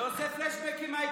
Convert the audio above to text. זה עושה פלשבק עם ההתנתקות.